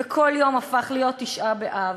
וכל יום הפך להיות תשעה באב,